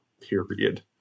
period